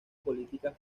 políticas